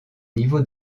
niveau